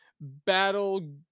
Battle